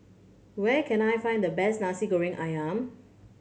where can I find the best Nasi Goreng Ayam